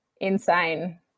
insane